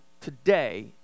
today